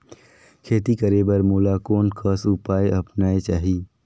खेती करे बर मोला कोन कस उपाय अपनाये चाही?